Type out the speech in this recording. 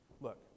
Look